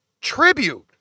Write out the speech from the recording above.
tribute